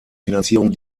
finanzierung